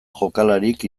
jokalarik